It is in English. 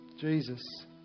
Jesus